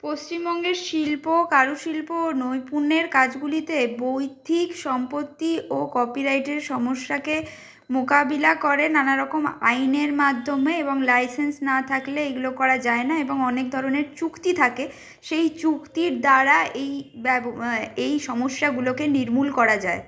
পশ্চিমবঙ্গের শিল্প কারুশিল্প ও নৈপুণ্যের কাজগুলিতে বৈধিক সম্পত্তি ও কপি রাইটের সমস্যাকে মোকাবিলা করে নানা রকম আইনের মাধ্যমে এবং লাইসেন্স না থাকলে এইগুলো করা যায় না এবং অনেক ধরনের চুক্তি থাকে সেই চুক্তির দ্বারা এই ব্যবো এই সমস্যাগুলোকে নির্মূল করা যায়